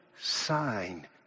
sign